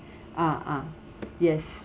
ah ah yes